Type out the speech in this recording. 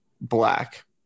black